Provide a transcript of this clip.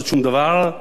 זה נכון, הוא צודק.